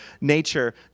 Nature